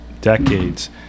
decades